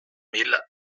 mille